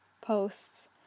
posts